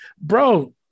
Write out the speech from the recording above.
bro